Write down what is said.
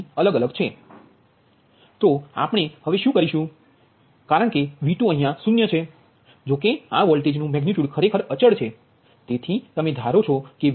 તો આપણે હવે શું કરીશું કારણ્કે V2 અહીયા 0 છે જોકે આ વોલ્ટેજનુ મેગનિટ્યુડ ખરેખર અચલ છે